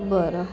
बरं